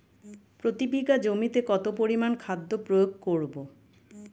প্রতি বিঘা জমিতে কত পরিমান খাদ্য প্রয়োগ করব?